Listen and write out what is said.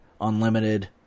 unlimited